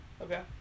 Okay